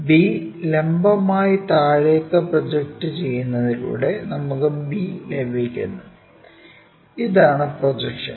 B ലംബമായി താഴേയ്ക്ക് പ്രൊജക്റ്റുചെയ്യുന്നതിലൂടെ നമുക്ക് b ലഭിക്കുന്നു ഇതാണ് പ്രൊജക്ഷൻ